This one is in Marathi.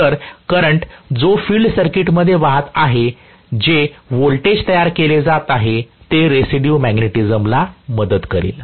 तर करंट जो फिल्ड सर्किटमध्ये वाहत आहे जे व्होल्टेज तयार केले जात आहे ते रेसिड्यू मॅग्नेटिझमला मदत करेल